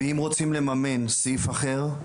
אם רוצים לממן סעיף אחר,